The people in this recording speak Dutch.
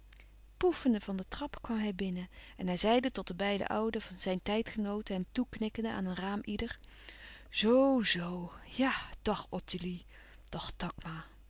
poefende van de trap kwam hij binnen en hij zeide tot de beide ouden zijn tijdgenooten hem toeknikkende aan een raam ieder zoo-zoo ja dag ottilie dag takma